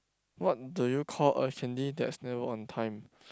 what do you call a candy that's never on time